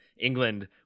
England